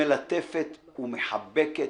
ומלטפת ומחבקת,